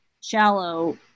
shallow